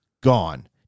gone